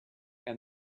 and